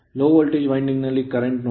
low voltage winding ನಲ್ಲಿ current ನೋಡಿ